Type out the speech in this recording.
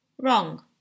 Wrong